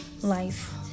life